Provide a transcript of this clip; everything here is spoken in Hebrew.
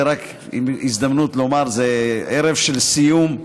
זו הזדמנות, זה ערב של סיום,